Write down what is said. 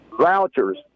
vouchers